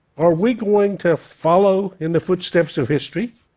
are we going to follow in the footsteps of history?